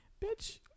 bitch